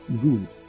Good